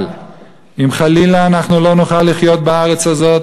אבל אם חלילה אנחנו לא נוכל לחיות בארץ הזאת